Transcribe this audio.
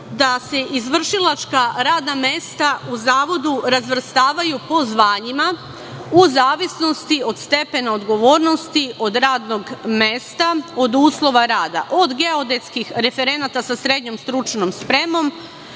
da se izvršilačka radna mesta u Zavodu razvrstavaju po zvanjima, u zavisnosti od stepena odgovornosti, od radnog mesta, od uslova rada, od geodetskih referenata sa srednjom stručnom spremom,